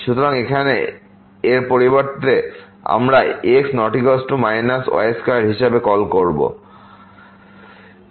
সুতরাং এখানে এর পরিবর্তে আমরাx ≠ y2 হিসাবে কল করব